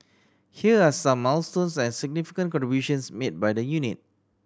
here are some milestones and significant contributions made by the unit